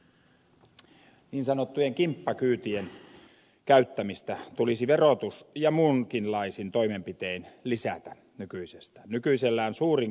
niin sanottujen kimppakyytien käyttämistä tulisi verotus ja muunkinlaisin toimenpitein lisätä nykyisestään